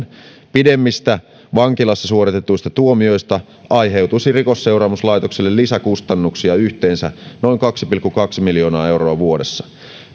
pidemmistä vankilassa suoritetuista tuomioista aiheutuisi rikosseuraamuslaitokselle lisäkustannuksia yhteensä noin kaksi pilkku kaksi miljoonaa euroa vuodessa